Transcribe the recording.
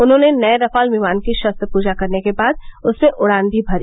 उन्होंने नए रफाल विमान की शस्त्र पूजा करने के बाद उसमें उड़ान भी भरी